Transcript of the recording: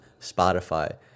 Spotify